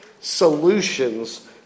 solutions